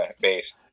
base